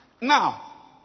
Now